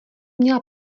měla